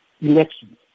elections